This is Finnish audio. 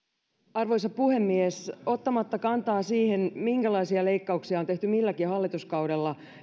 arvoisa puhemies ottamatta kantaa siihen minkälaisia leikkauksia on tehty milläkin hallituskaudella